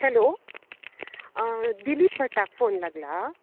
hello Dilip भटाक phone लागला